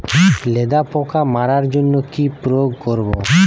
লেদা পোকা মারার জন্য কি প্রয়োগ করব?